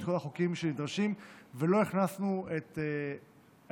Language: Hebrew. כל החוקים שנדרשים ולא הכנסנו את האזרחים,